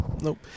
nope